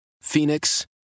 Phoenix